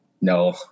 No